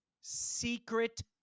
secret